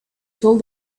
told